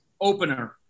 opener